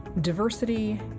diversity